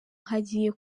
hagiye